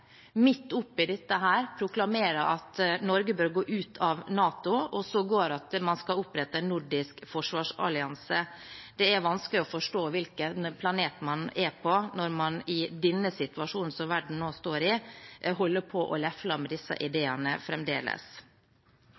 midt oppe i dette proklamerer at Norge bør gå ut av NATO, og sågar at man skal opprette en nordisk forsvarsallianse. Det er vanskelig å forstå hvilken planet man er på når man i den situasjonen verden nå står i, fremdeles lefler med disse ideene.